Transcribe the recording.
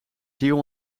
ziel